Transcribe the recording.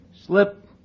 Slip